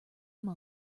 month